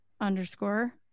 underscore